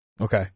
Okay